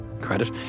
credit